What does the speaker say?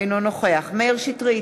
אינו נוכח מאיר שטרית,